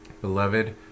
Beloved